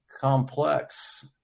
complex